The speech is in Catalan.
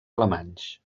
alemanys